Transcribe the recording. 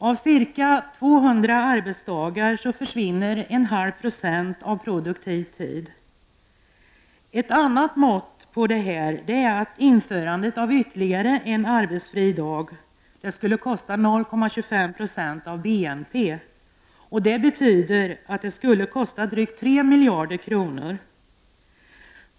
Av ca 200 Ett annat mått i det avseendet är att införandet av ytterligare en arbetsfri dag skulle kosta 0,25 % av BNP. Det betyder att det skulle kosta drygt 3 miljarder kronor att införa en ny helgdag.